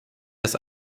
das